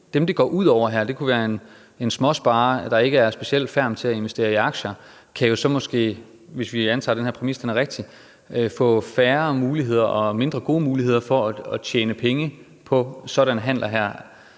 dem, det går ud over her, kunne være de småsparere, der ikke er specielt ferme til at investere i aktier og kunne jo så måske, hvis vi antager at den her præmis er rigtig, få færre muligheder og mindre gode muligheder for at tjene penge på sådanne handler, men